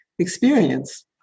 experience